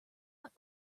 not